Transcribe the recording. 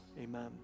amen